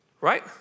Right